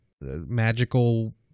magical